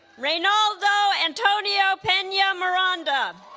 reynaldo antonio pena miranda